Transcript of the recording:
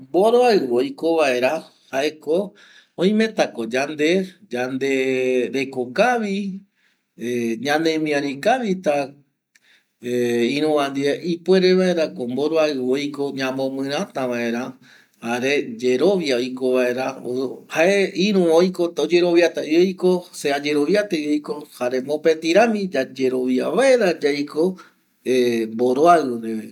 Mboroairu oiko vaera oimetako yande reko kavi yande miari kavi ta iruva ndie ipuere mbaera ko mboroaiu oiko ña mo mirata vaera jare yerovia oiko vaera jare iru oyeroviata vi oiko se ayeroviata vi aiko jare mopeti rami yayerovia vaera yaiko mboroaiu reve.